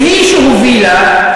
והיא שהובילה,